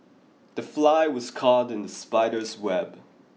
the fly was caught in the spider's web